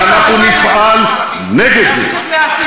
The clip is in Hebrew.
ואנחנו נפעל נגד זה.